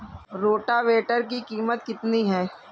Rotavator की कीमत कितनी है?